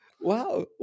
Wow